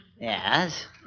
Yes